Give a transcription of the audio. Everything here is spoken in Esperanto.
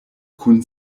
kun